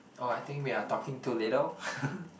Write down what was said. oh I think we are talking too little